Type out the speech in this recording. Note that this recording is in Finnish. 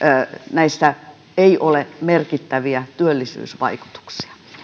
näissä ei ole merkittäviä työllisyysvaikutuksia